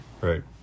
right